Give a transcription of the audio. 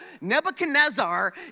Nebuchadnezzar